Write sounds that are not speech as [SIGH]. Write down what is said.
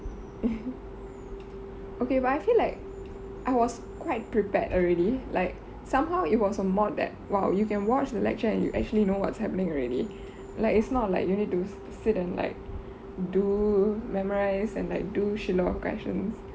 [LAUGHS] okay but I feel like I was quite prepared already like somehow it was a mod that !wow! you can watch the lecture and you actually know what's happening already like it's not like you need to sit and like do memorize and like do shit loads of questions